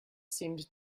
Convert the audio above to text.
seemed